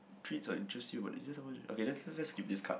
treats or interests you is there someone okay let let's skipped this card